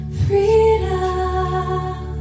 freedom